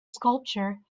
sculpture